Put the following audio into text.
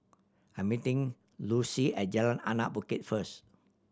I meeting Lucie at Jalan Anak Bukit first